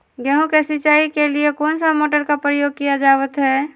गेहूं के सिंचाई के लिए कौन सा मोटर का प्रयोग किया जावत है?